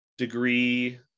degree